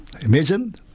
Imagine